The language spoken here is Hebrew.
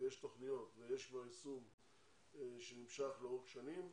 ויש תוכניות ויש כבר יישום שנמשך לאורך שנים,